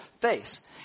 face